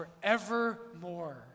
forevermore